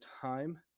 time